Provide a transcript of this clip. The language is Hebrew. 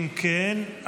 אם כן,